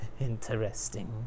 Interesting